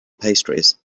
pastries